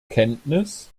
kenntnis